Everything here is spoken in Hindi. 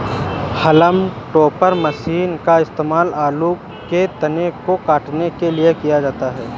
हॉलम टोपर मशीन का इस्तेमाल आलू के तने को काटने के लिए किया जाता है